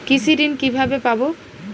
কৃষি ঋন কিভাবে পাব?